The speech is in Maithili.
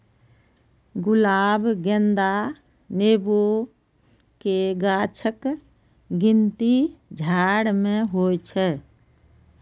गुलाब, गेंदा, नेबो के गाछक गिनती झाड़ मे होइ छै